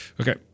Okay